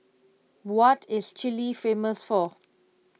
what is Chile famous for